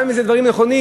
גם אם אלה דברים נכונים,